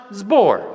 zbor